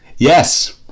Yes